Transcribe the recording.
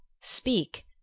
Speak